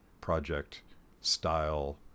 Project-style